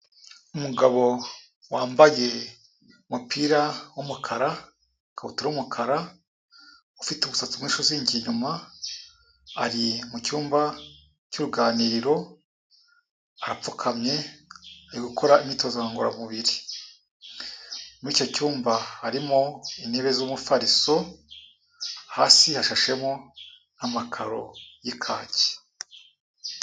Umugabo wambaye umupira w'umukara, ikabutura y'umukara, ufite umusatsi mwinshi uzingiye inyuma, ari mu cyumba cy'uruganiriro, apfukamye ari gukora imyitozo ngororamubiri, muri icyo cyumba harimo intebe z'umufariso, hasi yashashemo amakaro y'ikaki.